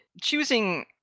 choosing